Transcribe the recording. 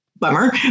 Bummer